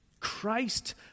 Christ